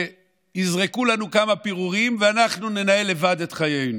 שיזרקו לנו כמה פירורים ואנחנו ננהל לבד את חיינו.